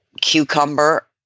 Cucumber